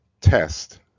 test